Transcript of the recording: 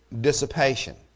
dissipation